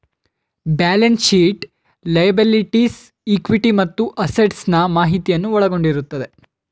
balance sheet liabilities, equity ಮತ್ತು assets ನಾ ಮಾಹಿತಿಯನ್ನು ಒಳಗೊಂಡಿರುತ್ತದೆ